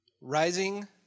Rising